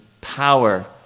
power